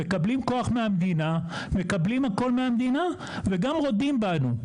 מקבלים כוח והכל מהמדינה וגם רודים בנו.